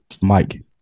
Mike